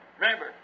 Remember